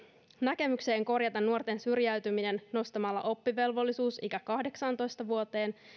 näkemykseen jonka mukaan nuorten syrjäytyminen korjataan nostamalla oppivelvollisuusikä kahdeksaantoista vuoteen